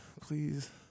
please